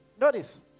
Notice